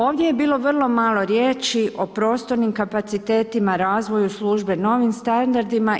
Ovdje je bilo vrlo malo riječi o prostornim kapacitetima, razvoju službe, novim standardima.